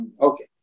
Okay